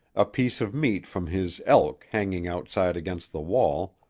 a piece of meat from his elk hanging outside against the wall,